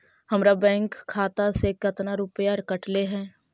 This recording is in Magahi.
हमरा बैंक खाता से कतना रूपैया कटले है?